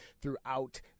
throughout